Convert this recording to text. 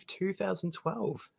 2012